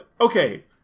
Okay